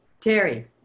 Terry